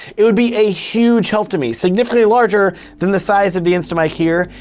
it would be a huge help to me, significantly larger than the size of the instamic here,